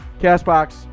CastBox